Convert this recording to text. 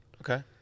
Okay